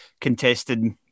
contested